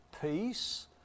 peace